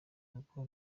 kuko